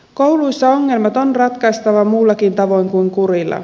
kouluissa ongelmat on ratkaistava muullakin tavoin kuin kurilla